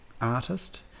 artist